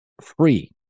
free